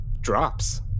drops